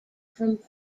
from